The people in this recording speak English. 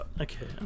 Okay